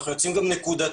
אנחנו יוצאים גם נקודתית,